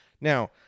Now